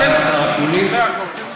תודה רבה לשר אקוניס.